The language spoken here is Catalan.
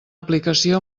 aplicació